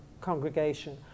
congregation